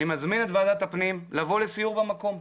אני מזמין את ועדת הפנים לבוא לסיור במקום.